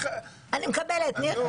אני מקבלת, ניר.